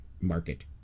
market